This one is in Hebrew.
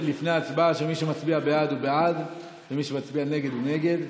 אני מחדד לפני ההצבעה שמי שמצביע בעד הוא בעד ומי שמצביע נגד הוא נגד,